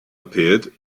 appeared